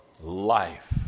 life